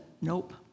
nope